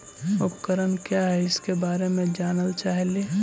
उपकरण क्या है इसके बारे मे जानल चाहेली?